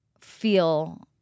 feel